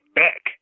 back